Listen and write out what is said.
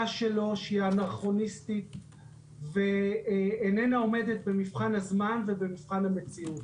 שלו שהיא אנכרוניסטית ואיננה עומדת במבחן הזמן ובמבחן המציאות.